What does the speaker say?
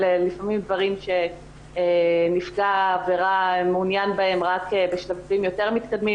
אלה לפעמים דברים שנפגע עבירה מעוניין בהם רק בשלבים יותר מתקדמים,